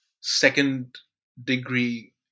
second-degree